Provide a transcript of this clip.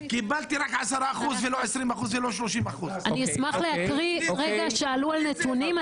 קיבלתי רק 10% ולא 20% ולא 30%. שאלו על נתונים,